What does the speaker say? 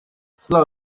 slow